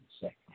second